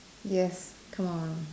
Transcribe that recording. yes come on